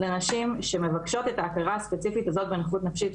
לנשים שמבקשות את ההכרה ספציפית הזאת בנכות נפשית,